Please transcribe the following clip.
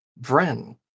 Vren